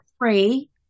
three